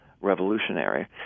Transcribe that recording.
revolutionary